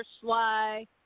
Sly